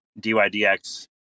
DYDX